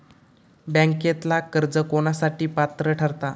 बँकेतला कर्ज कोणासाठी पात्र ठरता?